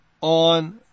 on